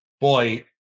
boy